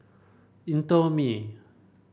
indomie